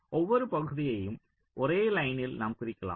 ஒவ்வொரு பகுதியையும் ஒரே லைனில் நாம் குறிக்கலாம்